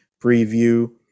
preview